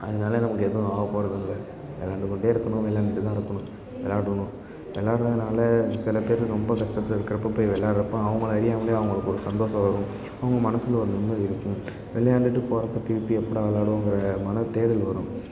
அதுனாலையே நமக்கு எதுவும் ஆவப்போறதில்ல விள்ளாண்டுக்கொண்டே இருக்குணும் விள்ளாண்டுட்டு தான் இருக்கணும் விள்ளாடுணும் விள்ளாடுறதுனால சிலப் பேருக்கு ரொம்ப கஷ்டத்துல இருக்கிறப்போ போய் விள்ளாட்றப்ப அவங்கள அறியாமலே அவங்களுக்கு ஒரு சந்தோஷம் வரும் அவங்க மனசில் ஒரு நிம்மதி இருக்கும் விளையாண்டுட்டு போறப்போ திருப்பி எப்போடா விளையாடுவோங்குற மனத்தேடல் வரும்